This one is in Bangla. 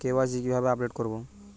কে.ওয়াই.সি কিভাবে আপডেট করব?